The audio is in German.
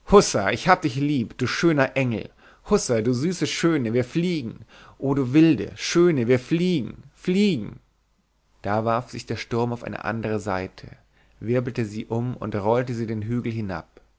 ich habe dich lieb du schöner engel hussa du süße schöne wir fliegen o du wilde schöne wir fliegen fliegen da warf sich der sturm auf eine andere seite wirbelte sie um und rollte sie den hügel hinab